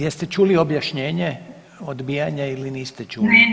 Jeste čuli objašnjenje odbijana ili niste čuli?